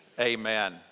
Amen